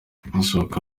gusohoka